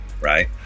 right